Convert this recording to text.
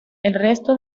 resto